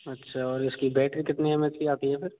अच्छा और इसकी बैटरी कितनी एम एच की आती है सर